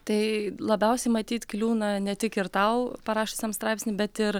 tai labiausiai matyt kliūna ne tik ir tau parašiusiam straipsnį bet ir